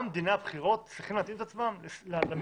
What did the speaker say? גם דיני הבחירות צריכים להתאים את עצמם למציאות